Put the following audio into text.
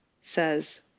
says